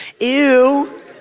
Ew